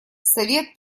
совет